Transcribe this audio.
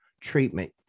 treatment